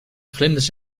vlinders